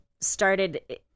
started